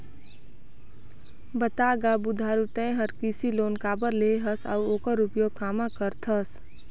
बता गा बुधारू ते हर कृसि लोन काबर लेहे हस अउ ओखर उपयोग काम्हा करथस